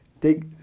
take